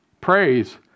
praise